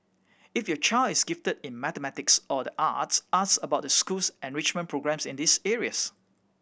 if your child is gifted in mathematics or the arts ask about the school's enrichment programmes in these areas